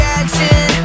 action